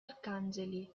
arcangeli